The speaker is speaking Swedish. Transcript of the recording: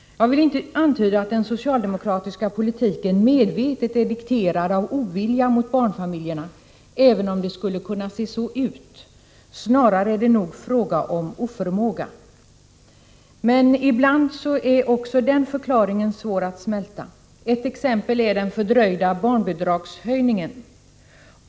Jag vill inte antyda att den socialdemokratiska politiken medvetet är dikterad av ovilja mot barnfamiljerna, även om det skulle kunna se så ut. Snarare är det nog fråga om oförmåga. Men ibland är också den förklaringen svår att smälta. Ett exempel är den fördröjda barnbidragshöjningen.